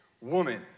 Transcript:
woman